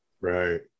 Right